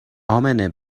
امنه